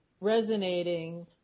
resonating